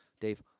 Dave